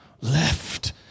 left